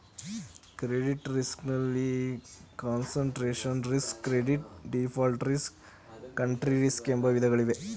credit risk ನಲ್ಲಿ concentration risk, credit default risk, country risk ಎಂಬ ವಿಧಗಳಿವೆ